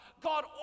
God